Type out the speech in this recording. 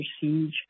siege